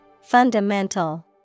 Fundamental